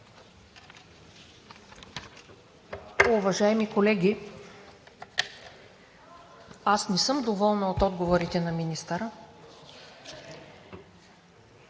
Уважаеми колеги, аз не съм доволна от отговорите на министъра,